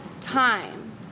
time